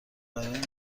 برای